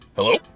Hello